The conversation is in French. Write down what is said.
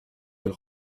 elle